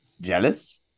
Jealous